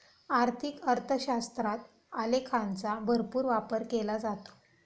आर्थिक अर्थशास्त्रात आलेखांचा भरपूर वापर केला जातो